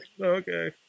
Okay